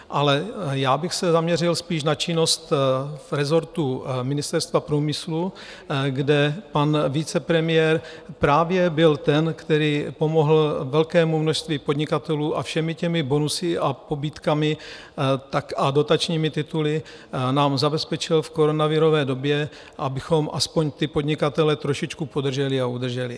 Ale já bych se zaměřil spíš na činnost resortu ministerstva průmyslu, kde pan vicepremiér právě byl ten, který pomohl velkému množství podnikatelů a všemi těmi bonusy, pobídkami a dotačními tituly nám zabezpečil v koronavirové době, abychom aspoň ty podnikatele trošičku udrželi a podrželi.